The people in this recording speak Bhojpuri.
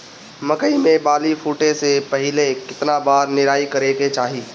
मकई मे बाली फूटे से पहिले केतना बार निराई करे के चाही?